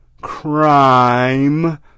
crime